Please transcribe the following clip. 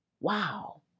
wow